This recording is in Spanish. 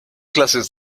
clases